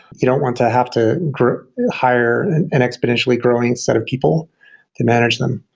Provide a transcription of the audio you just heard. you don't want to have to hire an an exponentially growing set of people to manage them.